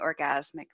Orgasmic